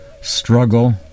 struggle